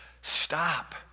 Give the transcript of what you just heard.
stop